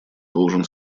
должен